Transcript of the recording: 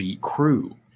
crew